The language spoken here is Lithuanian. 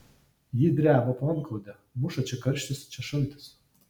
ji dreba po antklode muša čia karštis čia šaltis